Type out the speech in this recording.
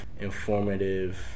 informative